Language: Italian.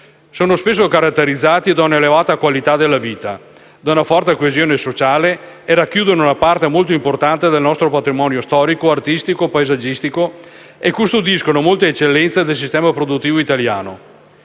Sono spesso caratterizzati da una elevata qualità della vita, da una forte coesione sociale e racchiudono una parte molto importante del nostro patrimonio storico, artistico e paesaggistico e custodiscono molte eccellenze del sistema produttivo italiano.